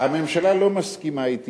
הממשלה לא מסכימה אתי.